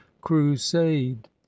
crusade